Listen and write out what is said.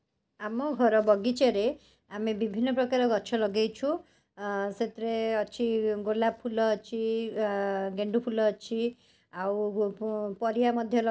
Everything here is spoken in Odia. ରୋଷେଇ କରିବା ସମୟରେ ଆମ ଘରେ ଆମେ ପିତ୍ତଳର ବାସନ ରସ ବାସନ କଂସା ବାସନ ଆଉ ଯେଉଁ କାଚ ବାସନ ଏଇଗୁଡ଼ିକ ସବୁ ରଖିଛୁ ବ୍ୟବହାର କରିବା ପାଇଁକି